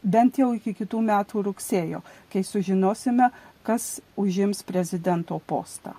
bent jau iki kitų metų rugsėjo kai sužinosime kas užims prezidento postą